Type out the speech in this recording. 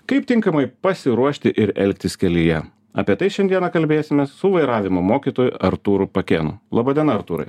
kaip tinkamai pasiruošti ir elgtis kelyje apie tai šiandieną kalbėsimės su vairavimo mokytoju artūru pakėnu laba diena artūrai